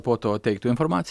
po to teiktų informaci